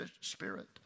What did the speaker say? spirit